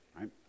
right